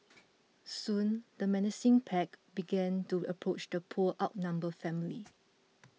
soon the menacing pack began to approach the poor outnumbered family